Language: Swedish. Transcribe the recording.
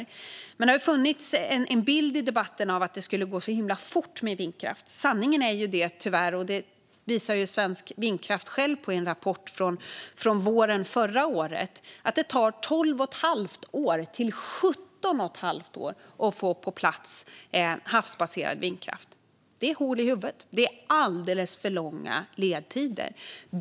I debatten har det funnits en bild av att det skulle gå så himla fort med vindkraft. Som Svensk Vindkraft själv visade i en rapport från våren förra året är sanningen tyvärr att det tar 12 1⁄2 till 17 1⁄2 år att få på plats havsbaserad vindkraft. Det är hål i huvudet - det är alldeles för långa ledtider.